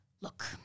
Look